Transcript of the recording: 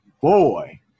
boy